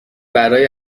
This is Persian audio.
برای